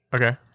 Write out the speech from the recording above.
Okay